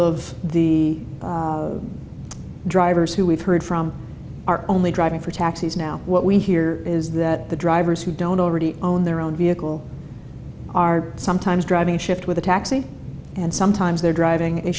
of the drivers who we've heard from are only driving for taxis now what we hear is that the drivers who don't already own their own vehicle are sometimes driving shift with a taxi and sometimes they're driving a